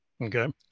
Okay